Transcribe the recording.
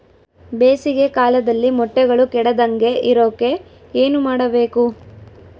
ಬೇಸಿಗೆ ಕಾಲದಲ್ಲಿ ಮೊಟ್ಟೆಗಳು ಕೆಡದಂಗೆ ಇರೋಕೆ ಏನು ಮಾಡಬೇಕು?